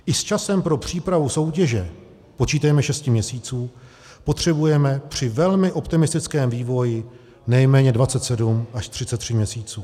I s časem pro přípravu soutěže, počítejme 6 měsíců, potřebujeme při velmi optimistickém vývoji nejméně 27 až 33 měsíců.